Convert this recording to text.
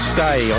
Stay